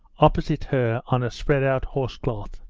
opposite her, on a spread-out horse-cloth,